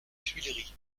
tuileries